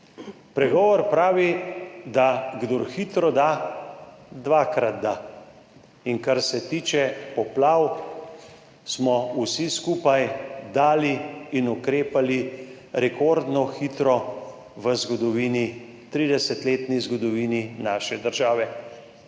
Pregovor pravi, da kdor hitro da, dvakrat da, in kar se tiče poplav, smo vsi skupaj dali in ukrepali rekordno hitro v 30-letni zgodovini naše države.